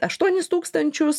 aštuonis tūkstančius